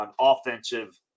offensive